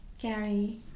Gary